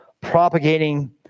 propagating